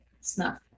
snuff